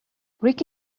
rick